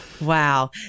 wow